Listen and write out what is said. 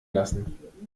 lassen